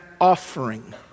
offering